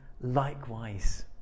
likewise